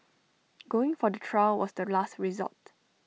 going for the trial was the last resort